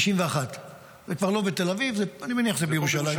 1951. זה כבר לא בתל אביב, אני מניח שזה בירושלים.